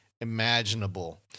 imaginable